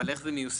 אבל איך זה ייושם?